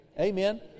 Amen